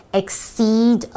exceed